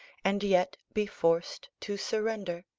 and yet be forced to surrender,